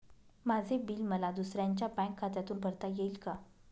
माझे बिल मला दुसऱ्यांच्या बँक खात्यातून भरता येईल का?